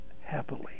happily